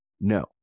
No